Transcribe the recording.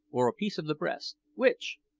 or a piece of the breast which?